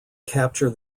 capture